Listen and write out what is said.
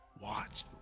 Watch